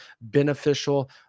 beneficial